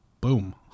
boom